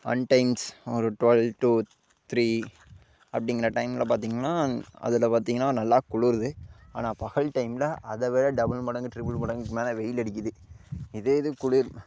அன்டைம்ஸ் ஒரு twelve to three அப்படிங்ற டைமில் பார்த்திங்கன்னா அதில் பார்த்திங்கன்னா நல்லா குளுருது ஆனால் பகல் டைமில் அதை விட டபுல் மடங்கு ட்ரிப்புல் மடங்குக்கு மேலே வெயில் அடிக்கிது இதே இது குளிர்